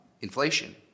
inflation